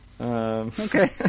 Okay